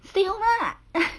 stay home lah